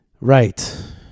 right